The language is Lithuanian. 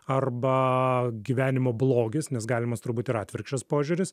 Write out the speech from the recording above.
arba gyvenimo blogis nes galimas turbūt ir atvirkščias požiūris